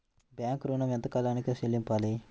Bank ఋణం ఎంత కాలానికి చెల్లింపాలి?